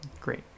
great